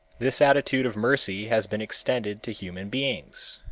this attitude of mercy has been extended to human beings.